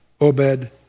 Obed